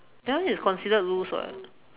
that one is considered loose [what]